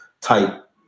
type